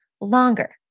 longer